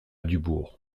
dubourg